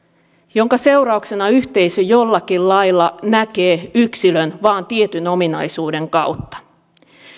jonka seurauksena yhteisö jollakin lailla näkee yksilön vain tietyn ominaisuuden kautta